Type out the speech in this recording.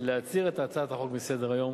להסיר את הצעת החוק מסדר-היום.